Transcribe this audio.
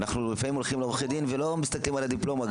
אנחנו לפעמים הולכים לעורכי דין ולא מסתכלים גם על הדיפלומה,